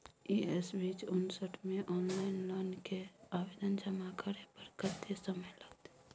PS बीच उनसठ म ऑनलाइन लोन के आवेदन जमा करै पर कत्ते समय लगतै?